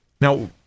Now